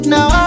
Now